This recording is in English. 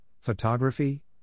photography